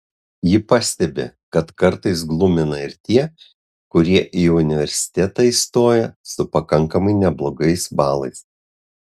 ji pastebi kad kartais glumina ir tie kurie į universitetą įstoja su pakankamai neblogais balais